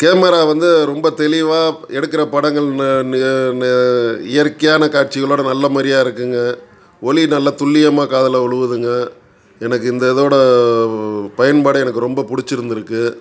camera வந்து ரொம்ப தெளிவாக எடுக்கிற படங்கள் இயற்கையான காட்சிகளோடு நல்ல மாதிரியா இருக்குங்க ஒலி நல்ல துல்லியமாக காதில் உழுவுதுங்க எனக்கு இந்த இதோடய பயன்பாடு எனக்கு ரொம்ப பிடிச்சிருந்துருக்கு